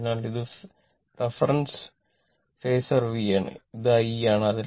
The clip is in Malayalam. അതിനാൽ ഇത് റഫറൻസ് ഫേസർ v ആണ് ഇത് i ആണ്